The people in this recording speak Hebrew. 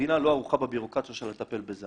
המדינה לא ערוכה בבירוקרטיה שלה לטפל בזה,